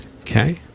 okay